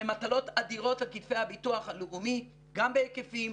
אלה מטלות אדירות על כתפי הביטוח הלאומי גם בהיקפים,